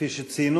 ציון